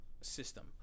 system